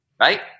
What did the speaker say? Right